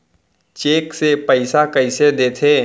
Cheque से पइसा कइसे देथे?